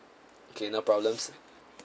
okay no problems